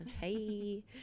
Hey